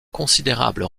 considérables